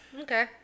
Okay